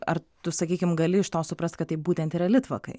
ar tu sakykim gali iš to suprast kad tai būtent yra litvakai